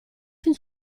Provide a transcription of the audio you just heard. fin